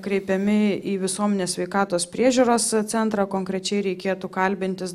kreipiami į visuomenės sveikatos priežiūros centrą konkrečiai reikėtų kalbintis